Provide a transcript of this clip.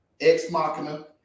ex-machina